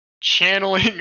Channeling